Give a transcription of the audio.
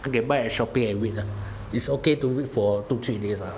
you can buy at Shopee and wait lah it's okay to wait for two three days lah